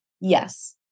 Yes